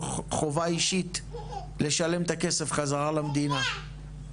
חובה אישית לשלם את הכסף בחזרה למדינה.